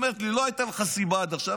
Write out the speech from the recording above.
היא הייתה אומרת לי: לא הייתה לך סיבה עד עכשיו,